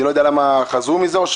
אני לא יודע אם הם חזרו מזה ולמה,